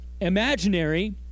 imaginary